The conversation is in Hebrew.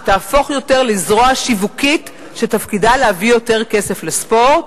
שתהפוך יותר לזרוע שיווקית שתפקידה להביא יותר כסף לספורט.